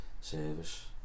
service